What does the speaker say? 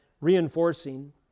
reinforcing